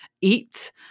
eat